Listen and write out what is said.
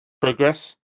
progress